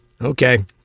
Okay